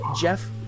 Jeff